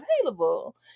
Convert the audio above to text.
available